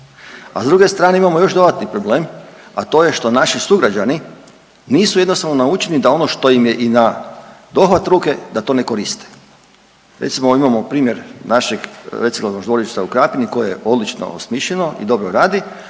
a s druge strane imamo još dodatni problem, a to je što naši sugrađani nisu jednostavno naučeni da ono što im je i nadohvat ruke da to ne koriste. Recimo imamo primjer našeg reciklažnog dvorišta u Krapini koje je odlično osmišljeno i dobro radi,